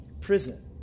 prison